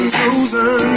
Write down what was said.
chosen